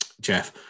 Jeff